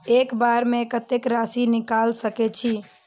एक बार में कतेक राशि निकाल सकेछी?